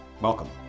Welcome